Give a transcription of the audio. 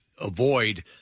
avoid